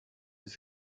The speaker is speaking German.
ist